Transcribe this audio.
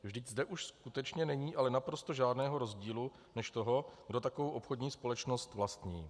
Vždyť zde už skutečně není ale naprosto žádného rozdílu než toho, kdo takovou obchodní společnost vlastní.